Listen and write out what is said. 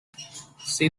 see